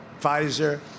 Pfizer